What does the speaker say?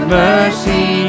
mercy